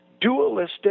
dualistic